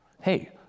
Hey